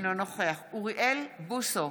אינו נוכח אוריאל בוסו,